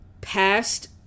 past